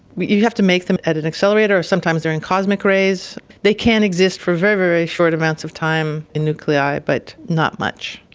you have to make them at an accelerator or sometimes they are in cosmic rays. they can exist for very, very short amounts of time in nuclei, but not much.